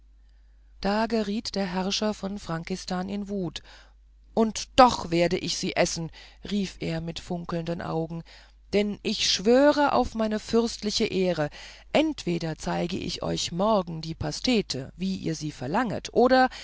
da geriet der herrscher in frankistan in wut und doch werde ich sie essen rief er mit funkelnden augen denn ich schwöre auf meine fürstliche ehre entweder zeige ich euch morgen die pastete wie ihr sie verlanget oder